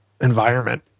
environment